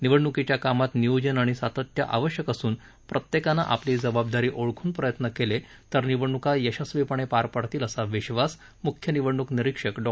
निवडणुकीच्या कामात नियोजन आणि सातत्य आवश्यक असून प्रत्येकानं आपली जबाबदारी ओळखून प्रयत्न केले तर निवडणूका यशस्वीपणे पार पडतील असा विश्वास मुख्य निवडणूक निरिक्षक डॉ